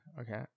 Okay